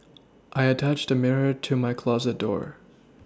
I attached a mirror to my closet door